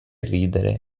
ridere